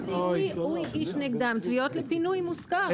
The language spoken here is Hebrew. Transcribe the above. הגיש נגדם תביעות לפינוי מוסכם.